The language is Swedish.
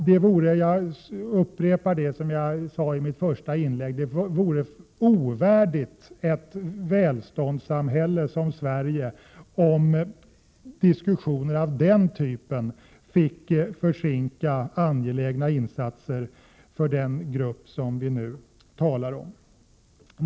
Jag vill upprepa vad jag sade i mitt första inlägg, nämligen att det vore ovärdigt ett välfärdssamhälle som Sverige om diskussioner av denna typ skulle få försinka angelägna insatser för den grupp människor som vi nu talar om.